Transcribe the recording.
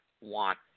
want